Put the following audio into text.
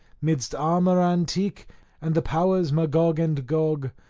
midst armour antique and the powers magog and gog,